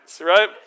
right